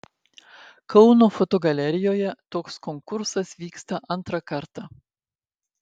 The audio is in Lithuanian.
kauno fotogalerijoje toks konkursas vyksta antrą kartą